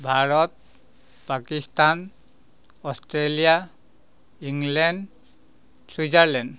Bharat Pakistan Australia England Switzerland